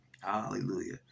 Hallelujah